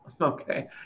Okay